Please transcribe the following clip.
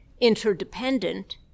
interdependent